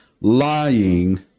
lying